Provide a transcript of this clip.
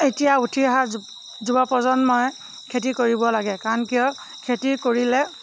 এতিয়া উঠি অহা যু যুৱ প্ৰজন্মই খেতি কৰিব লাগে কাৰণ কিয় খেতি কৰিলে